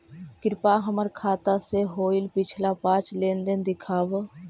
कृपा हमर खाता से होईल पिछला पाँच लेनदेन दिखाव